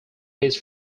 this